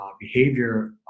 behavior